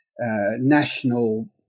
national